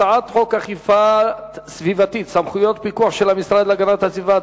הצעת חוק אכיפה סביבתית (סמכויות פיקוח של המשרד להגנת הסביבה),